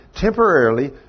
temporarily